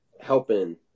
helping